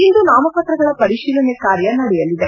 ಇಂದು ನಾಮಪತ್ರಗಳ ಪರಿಶೀಲನೆ ಕಾರ್ಯ ನಡೆಯಲಿದೆ